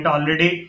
Already